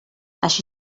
així